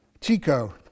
Chico